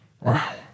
Wow